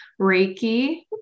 Reiki